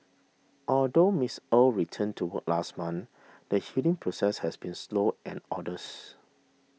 although Miss Er returned to work last month the healing process has been slow and arduous